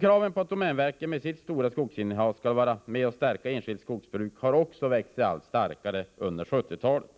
Kravet på att domänverket med sitt stora skogsinnehav skall vara med och stärka enskilt skogsbruk har också växt sig allt starkare under 1970-talet.